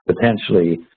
potentially